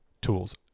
tools